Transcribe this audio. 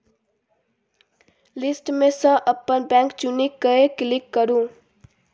list मे सँ अपन बैंक चुनि कए क्लिक करु